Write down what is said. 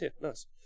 nice